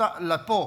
פה,